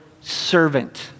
servant